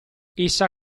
essa